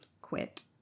Quit